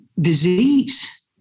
disease